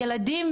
ילדים